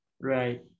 right